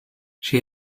she